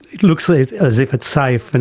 it looks like as if it's safe, and